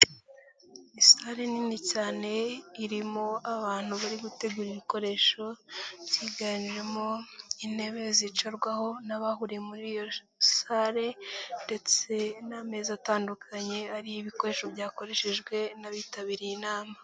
Ni sale nini cyane irimo abantu bari gutegura ibikoresho byiganjemo intebe zicarwaho n'abahuriye muri iyo sale ndetse n'ameza atandukanye ariho ibikoresho byakoreshejwe n'abitabiriye inama.